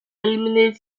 eliminate